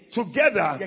together